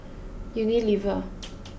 Unilever